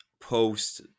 post